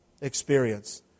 experience